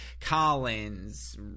Collins